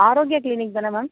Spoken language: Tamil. ஆரோக்கியா க்ளீனிக் தானே மேம்